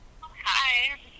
Hi